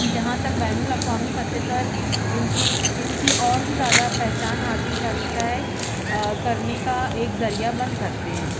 جہاں تک بین الاقوامی سطح پر ان کی ان کی اور بھی زیادہ پہچان حاصل کرنے کا کرنے کا ایک ذریعہ بن سکتے ہیں